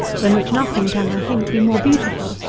than which nothing can, i think, be more beautiful,